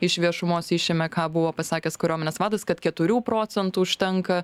iš viešumos išėmė ką buvo pasakęs kariuomenės vadas kad keturių procentų užtenka